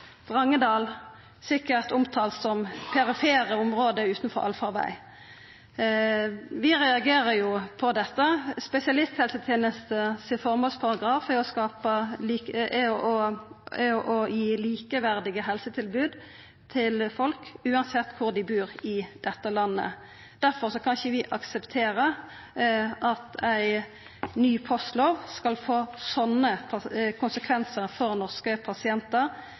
Drangedal sikkert omtalte som perifere område utanfor allfarveg. Vi reagerer på dette. Føremålsparagrafen til spesialisthelsetenesta er å gi likeverdige helsetilbod til folk, uansett kvar dei bur i dette landet. Difor kan vi ikkje akseptera at ei ny postlov skal få slike konsekvensar for norske pasientar.